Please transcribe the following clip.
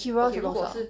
Kirov~ 是多少